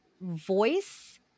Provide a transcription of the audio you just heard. voice